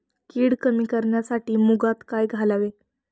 कीड कमी करण्यासाठी मुगात काय घालावे?